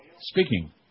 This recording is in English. Speaking